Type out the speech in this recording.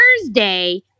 thursday